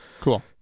Cool